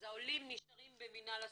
אז העולים נשארים במינהל הסטודנטים.